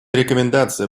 рекомендация